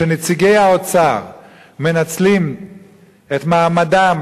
ונציגי האוצר מנצלים את מעמדם,